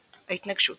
ההתנגשות